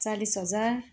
चालिस हजार